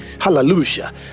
Hallelujah